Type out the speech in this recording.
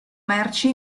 merci